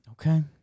Okay